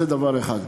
זה דבר אחד.